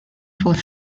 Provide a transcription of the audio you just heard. for